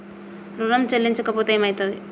ఋణం చెల్లించకపోతే ఏమయితది?